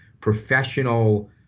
professional